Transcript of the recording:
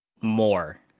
more